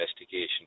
investigation